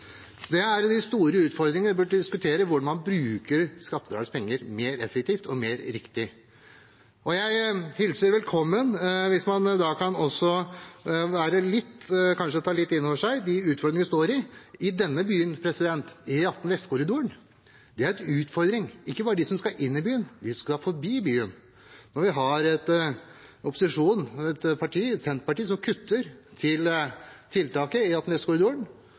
de store utfordringene man burde diskutere, er hvordan man bruker skattebetalernes penger mer effektivt og riktigere. Jeg hilser det velkommen hvis man kan ta litt inn over seg de utfordringene vi står overfor i denne byen med tanke på E18 Vestkorridoren. Det er en utfordring ikke bare for dem som skal inn i byen, men også for dem som skal forbi byen, når vi i opposisjonen har et parti, Senterpartiet, som kutter i tiltakene til